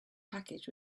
package